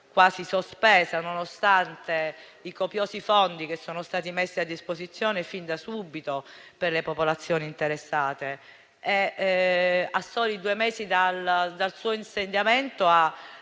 quasi sospesa, nonostante i copiosi fondi messi a disposizione fin da subito per le popolazioni interessate. A soli due mesi dal suo insediamento ha